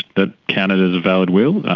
that counted as a valid will.